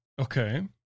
Okay